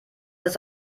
das